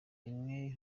rimwe